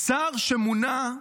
שר שמונה,